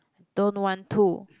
don't want to